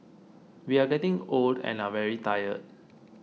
we are getting old and are very tired